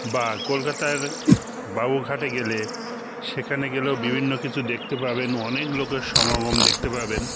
বা কলকাতার বাবুঘাটে গেলে সেখানে গেলেও বিভিন্ন কিছু দেখতে পাবেন অনেক লোকের সমাগম দেখতে পাবেন